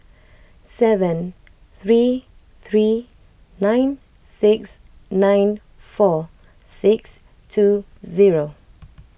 seven three three nine six nine four six two zero